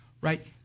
Right